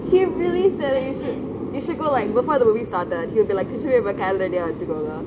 he really said you shou~ you should go like before the movie started he'll be like tisuue paper கைலே:kailae ready யா வெச்சிக்கோங்க:ya vechikonge